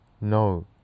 no